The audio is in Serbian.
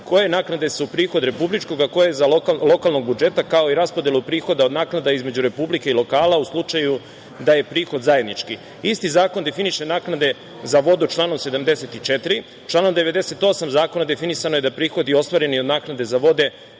koje naknade su prihod republičkog, a koje lokalnog budžeta, kao i raspodelu prihoda od naknada između republike i lokala u slučaju da je prihod zajednički. Isti zakon definiše naknade za vodu u članu 74. Članom 98. zakona definisano je da prihodi ostvareni od naknade za vode